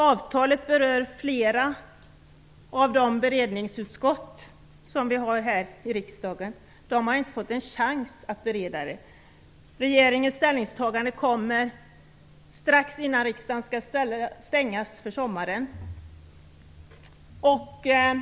Avtalet berör flera av de beredningsutskott som vi har i riksdagen. De har inte fått en chans att bereda det. Regeringens ställningstagande kommer strax innan riksdagen skall stängas för sommaren.